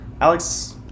Alex